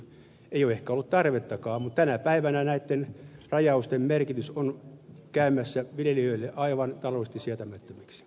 ei ole ehkä ollut tarvettakaan mutta tänä päivänä näitten rajausten merkitys on käymässä viljelijöille taloudellisesti aivan sietämättömäksi